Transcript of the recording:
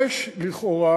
יש לכאורה,